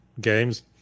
games